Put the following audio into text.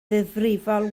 ddifrifol